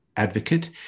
advocate